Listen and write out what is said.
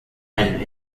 and